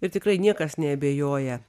ir tikrai niekas neabejoja